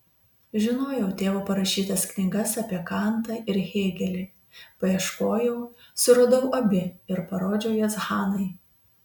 žinojau tėvo parašytas knygas apie kantą ir hėgelį paieškojau suradau abi ir parodžiau jas hanai